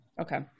Okay